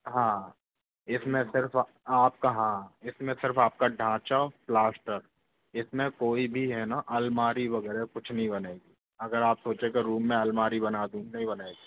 हाँ इसमें सिर्फ आपका हाँ इसमें सिर्फ आपका ढांचा प्लास्टर इसमें कोई भी है ना अलमारी वगैरह कुछ नहीं बनेगी अगर आप सोचे के रूम में अलमारी बना दूँ नहीं बनेगी